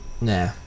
Nah